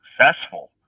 successful